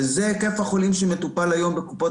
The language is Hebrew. וזה היקף החולים שמטופל היום בקופות